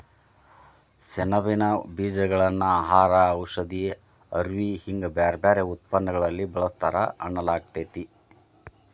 ಸೆಣಬಿನ ಬೇಜಗಳನ್ನ ಆಹಾರ, ಔಷಧಿ, ಅರವಿ ಹಿಂಗ ಬ್ಯಾರ್ಬ್ಯಾರೇ ಉತ್ಪನ್ನಗಳಲ್ಲಿ ಬಳಸ್ತಾರ ಅನ್ನಲಾಗ್ತೇತಿ